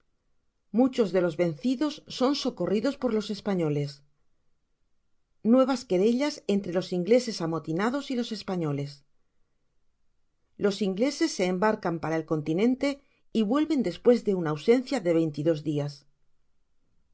muchos de los vencidos son socorridos por los espa ñoles nuevas querellas entre los ingleses amotina dos y los españoles los agieses se embarcan para el continente y vuelven despues de una ausencia de